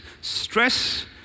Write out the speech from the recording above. stress